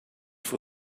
for